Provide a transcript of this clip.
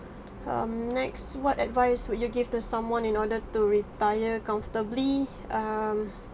um next what advice would you give to someone in order to retire comfortably um